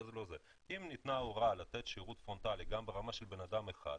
אם ניתנה הוראה לתת שירות פרונטלי גם ברמה של בן אדם אחד,